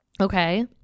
Okay